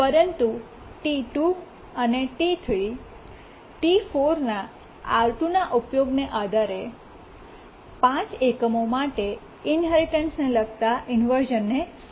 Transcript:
પરંતુ T2 અને T3 T4 ના R2 ના ઉપયોગ ના આધારે 5 એકમો માટે ઇન્હેરિટન્સને લગતા ઇન્વર્શ઼નને સહન કરી શકે છે